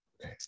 Okay